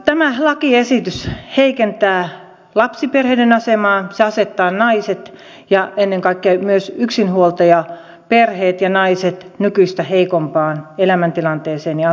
tämä lakiesitys heikentää lapsiperheiden asemaa se asettaa naiset ja ennen kaikkea myös yksinhuoltajaperheet ja naiset nykyistä heikompaan elämäntilanteeseen ja asemaan